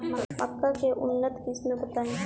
मक्का के उन्नत किस्म बताई?